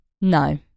No